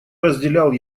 разделял